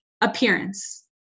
appearance